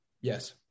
Yes